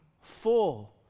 full